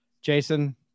Jason